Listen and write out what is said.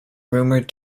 rumored